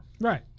Right